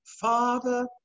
father